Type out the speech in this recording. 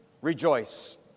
rejoice